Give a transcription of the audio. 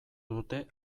dute